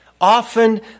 often